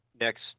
next